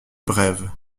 brève